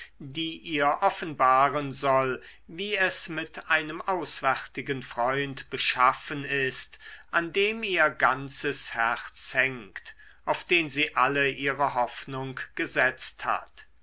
die ihr offenbaren soll wie es mit einem auswärtigen freund beschaffen ist an dem ihr ganzes herz hängt auf den sie alle ihre hoffnung gesetzt hat